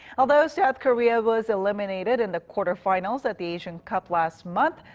although south korea was eliminated in the quarterfinals at the asian cup last month,